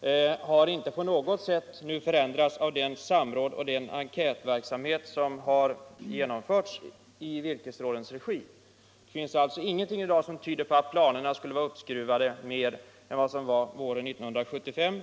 slöts, inte på något sätt har förändrats av det samråd och den enkätverksamhet som har genomförts i virkesrådens regi. Det finns alltså i dag ingenting som tyder på att planerna skulle vara uppskruvade mer än våren 1975.